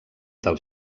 del